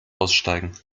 aussteigen